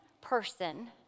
person